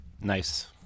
Nice